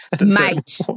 Mate